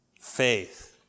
Faith